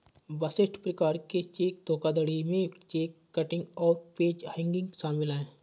विशिष्ट प्रकार के चेक धोखाधड़ी में चेक किटिंग और पेज हैंगिंग शामिल हैं